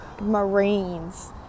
Marines